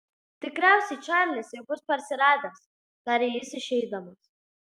tikriausiai čarlis jau bus parsiradęs tarė jis išeidamas